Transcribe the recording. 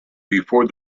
before